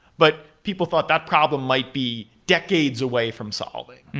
but people thought that problem might be decades away from solving.